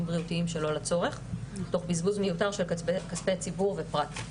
בריאותיים שלא לצורך תוך בזבוז מיותר של כספי ציבור ופרט.